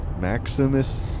Maximus